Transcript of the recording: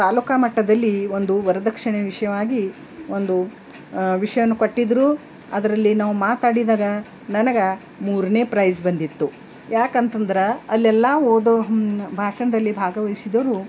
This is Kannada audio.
ತಾಲೂಕು ಮಟ್ಟದಲ್ಲಿ ಒಂದು ವರದಕ್ಷಿಣೆ ವಿಷಯವಾಗಿ ಒಂದು ವಿಷಯವನ್ನು ಕೊಟ್ಟಿದ್ರು ಅದರಲ್ಲಿ ನಾವು ಮಾತಾಡಿದಾಗ ನನಗೆ ಮೂರನೇ ಪ್ರೈಝ್ ಬಂದಿತ್ತು ಯಾಕಂತಂದ್ರೆ ಅಲ್ಲೆಲ್ಲ ಓದೋ ಭಾಷಣ್ದಲ್ಲಿ ಭಾಗವಹಿಸಿದವರು